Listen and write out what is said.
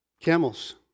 camels